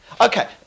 Okay